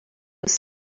was